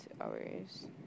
hours